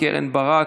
קרן ברק,